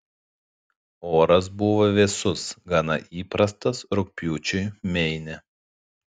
oras buvo vėsus gana įprastas rugpjūčiui meine